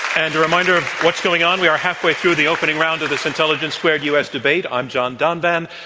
and a reminder of what's going on. we are halfway through the opening round of this intelligence squared us debate. i'm john donvan.